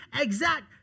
exact